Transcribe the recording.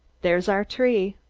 there's our tree.